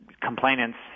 complainants